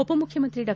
ಉಪಮುಖ್ಯಮಂತ್ರಿ ಡಾ